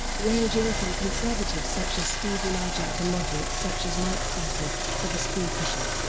ranging from conservatives such as steve largent to moderates such as mike castle, for the speakership.